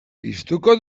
piztuko